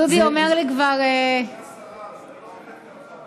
דודי אומר לי כבר, גברתי השרה, זה לא עובד ככה.